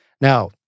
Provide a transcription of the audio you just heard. Now